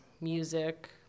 music